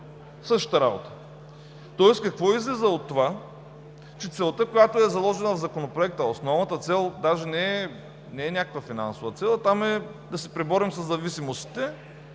същата работа. Какво излиза от това? Че целта, която е заложена в Законопроекта – основната цел даже не е някаква финансова цел, а там е да се преборим със зависимостите,